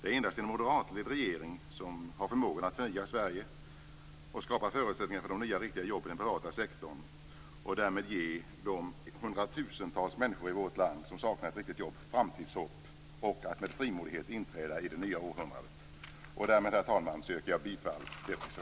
Det är endast en moderatledd regering som har förmåga att förnya Sverige och skapa förutsättningar för de nya, riktiga jobben inom den privata sektorn och därmed ge de hundratusentals människor i vårt land som saknar ett riktigt jobb framtidshopp och möjlighet att med frimodighet inträda i det nya århundradet. Därmed, herr talman, yrkar jag bifall till reservationen.